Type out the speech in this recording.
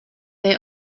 they